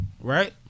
right